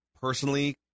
personally